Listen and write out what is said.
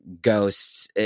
ghosts